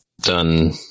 done